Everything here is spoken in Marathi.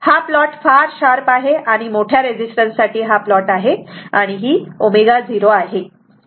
हा प्लॉट फार शार्प आहे आणि मोठ्या रेझिस्टन्स साठी हा प्लॉट आहे आणि ही ω0 आहे